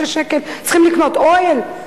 ב-536 שקל צריכים לקנות אוהל?